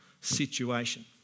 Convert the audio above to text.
situation